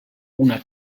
una